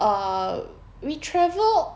uh we travelled